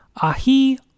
ahi